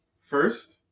first